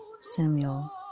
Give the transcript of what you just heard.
Samuel